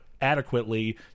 adequately